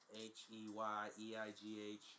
H-E-Y-E-I-G-H